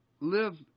live